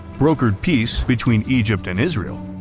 brokered peace between egypt and israel,